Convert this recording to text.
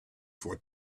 for